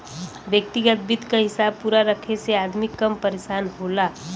व्यग्तिगत वित्त क हिसाब पूरा रखे से अदमी कम परेसान होला